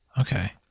okay